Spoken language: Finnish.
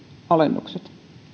alennukset